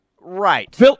Right